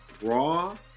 raw